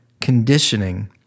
conditioning